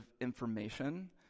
information